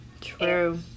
true